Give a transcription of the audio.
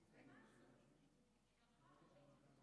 סגנית המזכיר בודקת.